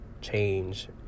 change